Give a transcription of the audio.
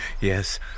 Yes